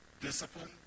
discipline